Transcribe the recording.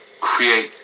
create